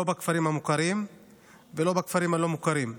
לא בכפרים המוכרים ולא בכפרים הלא-מוכרים.